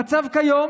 המצב כיום